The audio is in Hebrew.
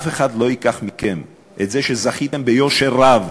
אף אחד לא ייקח מכם את זה שזכיתם ביושר רב